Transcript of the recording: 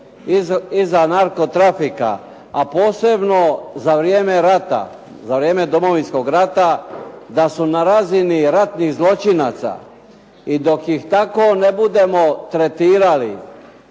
iza narko trafika, a posebno za vrijeme rata, za vrijeme Domovinskog rata da su na razini ratnih zločinaca. I dok ih tako ne budemo tretirali